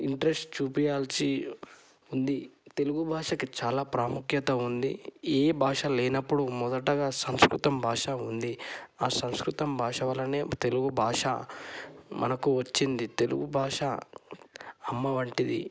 interest చూపించాల్సి ఉంది తెలుగు భాషకు చాలా ప్రాముఖ్యత ఉంది ఏ భాష లేనప్పుడు మొదటగా సంస్కృతం భాష ఉంది ఆ సంస్కృతం భాష వలనే తెలుగు భాష మనకు వచ్చింది తెలుగు భాష అమ్మ వంటిది